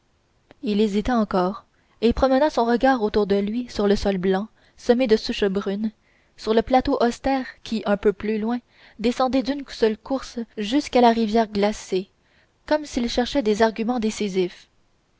il hésita encore et promena son regard autour de lui sur le sol blanc semé de souches brunes sur le plateau austère qui un peu plus loin descendait d'une seule course jusqu'à la rivière glacée comme s'il cherchait des arguments décisifs